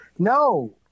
No